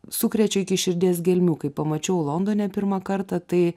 sukrečia iki širdies gelmių kai pamačiau londone pirmą kartą tai